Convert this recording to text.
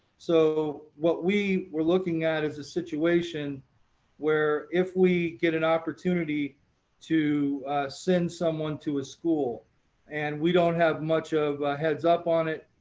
so what we were looking at as a situation where if we get an opportunity to send someone to ah school and we don't have much of a head's up on it,